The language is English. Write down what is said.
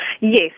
Yes